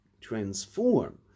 transform